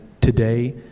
today